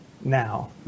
now